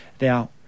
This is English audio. Now